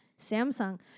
Samsung